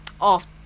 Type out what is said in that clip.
off